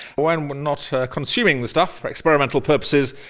when when not consuming the stuff for experimental purposes,